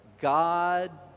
God